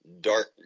dark